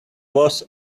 was